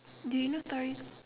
do you know Toriko